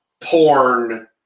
porn